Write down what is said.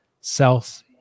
self